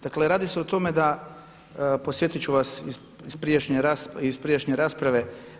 Dakle, radi se o tome da, podsjetit ću vas iz prijašnje rasprave.